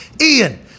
Ian